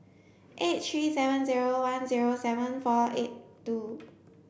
eight three seven zero one zero seven four eight two